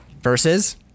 Versus